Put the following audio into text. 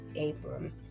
Abram